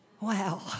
Wow